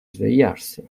svegliarsi